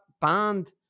banned